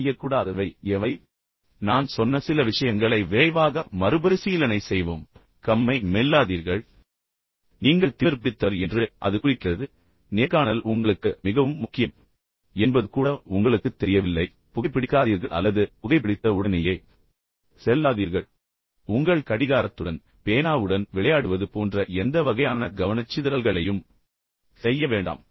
செய்யக்கூடாதவை எவை நான் சொன்ன சில விஷயங்களை விரைவாக மறுபரிசீலனை செய்வோம் கம்மை மெல்லாதீர்கள் நீங்கள் திமிர்பிடித்தவர் என்று அது குறிக்கிறது நீங்கள் அசிங்கமானவர் நேர்காணல் உங்களுக்கு மிகவும் முக்கியம் என்பது கூட உங்களுக்குத் தெரியவில்லை புகைபிடிக்காதீர்கள் அல்லது புகைபிடித்த உடனேயே செல்லாதீர்கள் உங்கள் கடிகாரத்துடன் உங்கள் பேனாவுடன் விளையாடுவது போன்ற எந்த வகையான கவனச்சிதறல்களையும் செய்ய வேண்டாம்